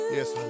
yes